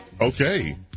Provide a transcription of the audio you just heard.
Okay